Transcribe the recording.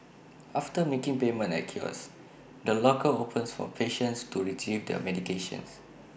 after making payment at A kiosk the locker opens for patients to Retrieve their medication